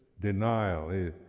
denial